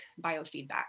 biofeedback